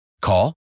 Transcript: Call